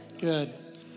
Good